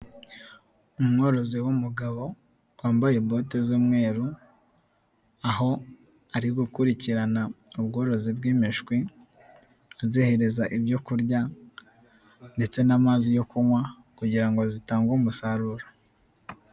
Umworozi w'umugabo wambaye bote z'umweru, aho ari gukurikirana ubworozi bw'imishwi, azihereza ibyo kurya ndetse n'amazi yo kunywa kugira ngo zitange umusaruro.